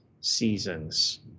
seasons